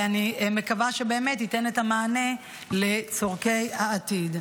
ואני מקווה שבאמת ייתן את המענה לצורכי העתיד.